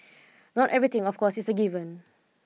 not everything of course is a given